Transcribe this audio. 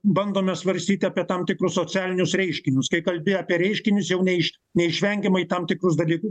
bandome svarstyti apie tam tikrus socialinius reiškinius kai kalbi apie reiškinius jau ne iš neišvengiamai tam tikrus dalykus